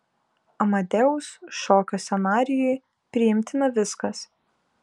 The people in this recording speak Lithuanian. amadeus šokio scenarijui priimtina viskas